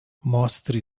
mostre